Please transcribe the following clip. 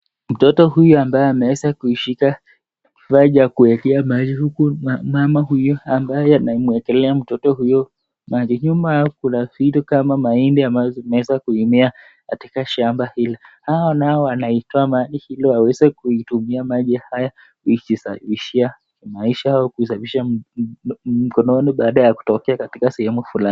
Mtoto huyu ambaye ameweza kushika kifaa cha kuwekea maji huku mama huyu ambaye anamwekelea mtoto huyo maji. Nyuma yao kuna vitu kama mahindi ambavyo zimeweza kumea katika shamba hilo. Hawa nao wanatoa maji ili waweze kutumia maji haya kuishi maisha au kusafisha mkono baada ya kutoka katika sehemu fulani.